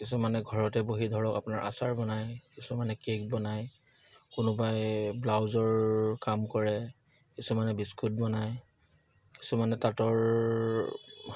কিছুমানে ঘৰতে বহি ধৰক আপোনাৰ আচাৰ বনায় কিছুমানে কেক বনায় কোনোবাই ব্লাউজৰ কাম কৰে কিছুমানে বিস্কুট বনায় কিছুমানে তাঁতৰ